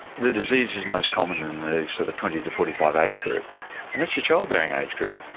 the disease is most common in the sort of twenty to forty five age group and that's your childbearing age group.